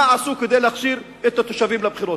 מה עשו כדי להכשיר את התושבים לבחירות.